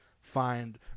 find